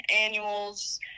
annuals